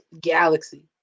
galaxy